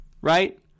right